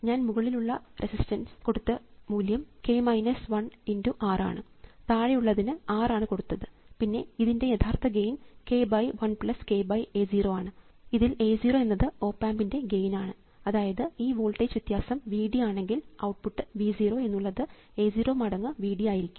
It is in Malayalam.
ഞാൻ മുകളിലുള്ള റെസിസ്റ്റൻസ് കൊടുത്ത മൂല്യം R ആണ് താഴെയുള്ളതിന് R ആണ് കൊടുത്തത് പിന്നെ ഇതിൻറെ യഥാർത്ഥ ഗെയിൻ k 1 k A 0 ആണ് ഇതിൽ A 0 എന്നത് ഓപ് ആമ്പിൻറെ ഗെയിൻ ആണ് അതായത് ഈ വോൾട്ടേജ് വ്യത്യാസം V d ആണെങ്കിൽ ഔട്ട്പുട്ട് V 0 എന്നുള്ളത് A 0 മടങ്ങ് V d ആയിരിക്കും